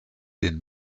den